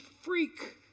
freak